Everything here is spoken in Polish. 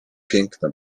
piękna